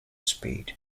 speed